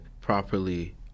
properly